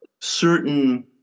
certain